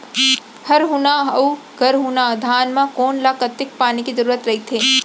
हरहुना अऊ गरहुना धान म कोन ला कतेक पानी के जरूरत रहिथे?